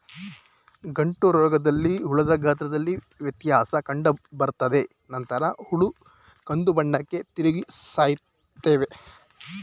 ಗಂಟುರೋಗದಲ್ಲಿ ಹುಳದ ಗಾತ್ರದಲ್ಲಿ ವ್ಯತ್ಯಾಸ ಕಂಡುಬರ್ತದೆ ನಂತರ ಹುಳ ಕಂದುಬಣ್ಣಕ್ಕೆ ತಿರುಗಿ ಸಾಯ್ತವೆ